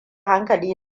hankali